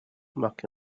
marque